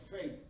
faith